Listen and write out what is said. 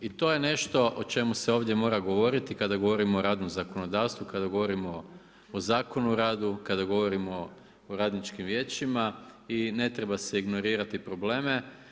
I to je nešto o čemu se ovdje mora govoriti kada govorimo o radnom zakonodavstvu, kada govorimo o zakonu o radu, kada govorimo o radničkim vijećima i ne treba se ignorirati probleme.